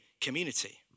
community